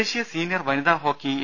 ദേശീയ സീനിയർ വനിതാ hockey A